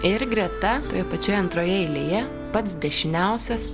ir greta toje pačioje antroje eilėje pats dešiniausias